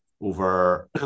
over